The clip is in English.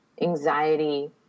anxiety